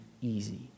easy